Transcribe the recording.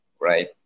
right